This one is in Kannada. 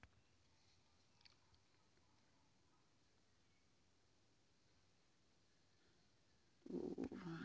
ಕಾರ್ನ್ ಅನ್ನು ಜಾನುವಾರುಗಳ ಆಹಾರವಾಗಿ, ಮಾನವ ಆಹಾರವಾಗಿ, ಜೈವಿಕ ಇಂಧನವಾಗಿ ಮತ್ತು ಉದ್ಯಮದಲ್ಲಿ ಕಚ್ಚಾ ವಸ್ತುವಾಗಿ ಬಳಸ್ತಾರೆ